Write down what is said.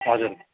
हजुर